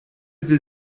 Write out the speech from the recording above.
will